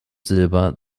silber